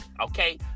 okay